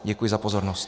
Děkuji za pozornost.